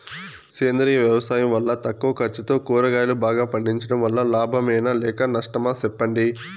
సేంద్రియ వ్యవసాయం వల్ల తక్కువ ఖర్చుతో కూరగాయలు బాగా పండించడం వల్ల లాభమేనా లేక నష్టమా సెప్పండి